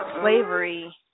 slavery